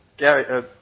Gary